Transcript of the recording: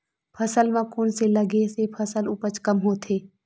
फसल म कोन से लगे से फसल उपज कम होथे?